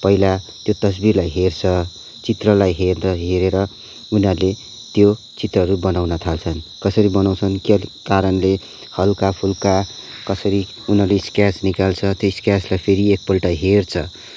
पहिला त्यो तस्विरलाई हेर्छ चित्रलाई हेर्दा हेरेर उनीहरूले त्यो चित्रहरू बनाउन थाल्छन् कसरी बनाउँछन् के कारणले हल्का फुल्का कसरी उनीहरूले स्केच निकाल्छ त्यो स्केचलाई फेरि एकपल्ट हेर्छ